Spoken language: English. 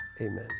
amen